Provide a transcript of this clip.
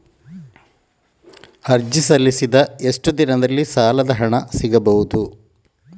ಅರ್ಜಿ ಸಲ್ಲಿಸಿದ ಎಷ್ಟು ದಿನದಲ್ಲಿ ಸಾಲದ ಹಣ ಸಿಗಬಹುದು?